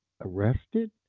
arrested